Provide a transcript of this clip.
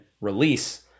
release